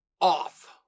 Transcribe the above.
off